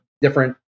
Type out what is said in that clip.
different